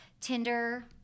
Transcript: Tinder –